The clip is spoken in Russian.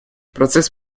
процесс